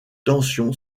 tension